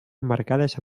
emmarcades